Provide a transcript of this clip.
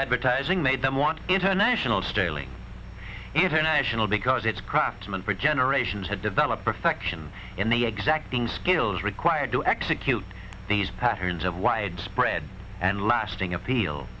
advertising made them want international staling even national because its craftsman for generations had developed perfection in the exacting skills required to execute these patterns of widespread and lasting appeal